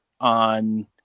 on